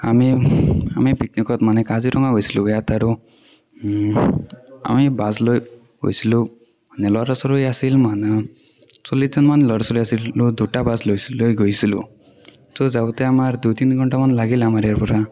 আমি আমি পিকনিকত মানে কাজিৰঙা গৈছিলোঁ ইয়াত আৰু আমি বাছ লৈ গৈছিলোঁ মানে ল'ৰা ছোৱালী আছিল মানে চল্লিছজনমান ল'ৰা ছোৱালী আছিলোঁ দুটা বাছ লৈছিলোঁ লৈ গৈছিলোঁ তো যাওঁতে আমাৰ দুই তিনি ঘণ্টামান লাগিল আমাৰ ইয়াৰ পৰা